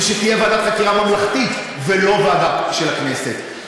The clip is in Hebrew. ושתהיה ועדת חקירה ממלכתית ולא ועדה של הכנסת,